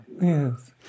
Yes